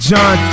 John